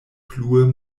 plue